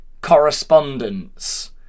correspondence